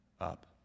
up